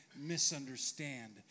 misunderstand